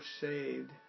saved